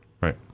Right